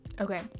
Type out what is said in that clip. Okay